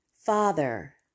Father